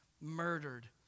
murdered